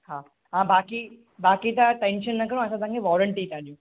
हा हा बाक़ी बाक़ी त तव्हां टेंशन न खणो असां तव्हां खे गेरंटी था ॾियूं